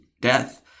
death